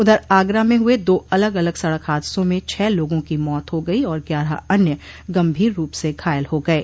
उधर आगरा में हुए दो अलग अलग सड़क हादसों में छह लोगों की मौत हो गई और ग्यारह अन्य गंभीर रूप से घायल हो गये